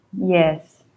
yes